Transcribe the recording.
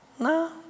No